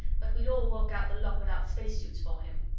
but we'd all walk out the lock without spacesuits for him.